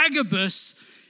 Agabus